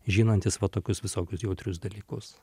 žinantys va tokius visokius jautrius dalykus